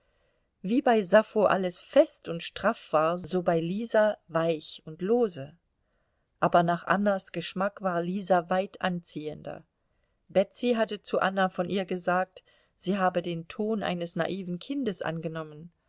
wie bei sappho alles fest und straff war so bei lisa weich und lose aber nach annas geschmack war lisa weit anziehender betsy hatte zu anna von ihr gesagt sie habe den ton eines naiven kindes angenommen